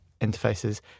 interfaces